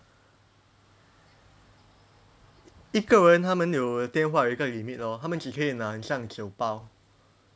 一个人他们有电话有一个 limit lor 他们只可以拿很像九包